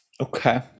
Okay